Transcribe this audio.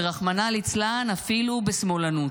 ורחמנא ליצלן, אפילו בשמאלנות.